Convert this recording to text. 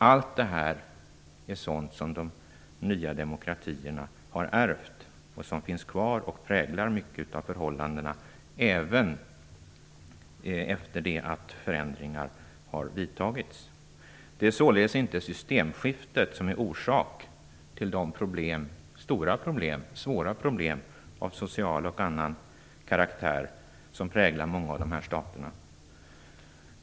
Allt detta är sådant som de nya demokratierna har ärvt och som finns kvar och präglar mycket av förhållandena, även efter det att förändringar har vidtagits. Det är således inte systemskiftet som är orsaken till de stora och svåra problem av social och annan karaktär som präglar många av dessa stater.